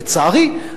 לצערי,